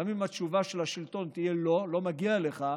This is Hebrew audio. גם אם התשובה של השלטון תהיה שלא מגיע לו,